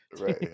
Right